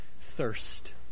thirst